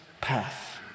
path